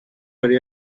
very